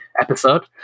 episode